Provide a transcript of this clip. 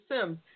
Sims